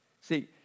See